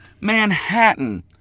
Manhattan